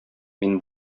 мин